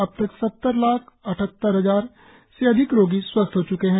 अब तक सत्तर लाख अठहत्तर हजार से अधिक रोगी स्वस्थ हो च्के हैं